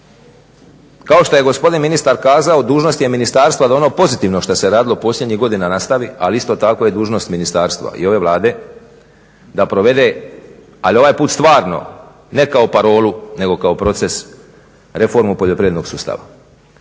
Kao što je gospodin ministar kazao dužnost je ministarstva da ono pozitivno što se radilo posljednjih godina nastavi, ali isto je tako dužnost ministarstva i ove Vlade da provede ali ovaj put stvarno ne kao parolu nego kao proces reformu poljoprivrednog sustava.